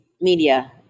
media